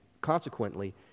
consequently